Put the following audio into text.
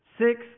Six